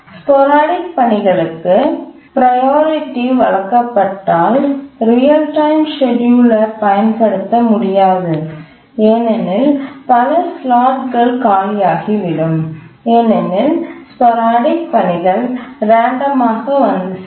sporadic பணிகளுக்கு priority வழங்கப்பட்டால் real time scheduler பயன்படுத்த முடியாது ஏனெனில் பல ஸ்லாட்கள் காலியாகிவிடும் ஏனெனில் ஸ்போரடிக பணிகள் ரேண்டம் ஆக வந்து சேரும்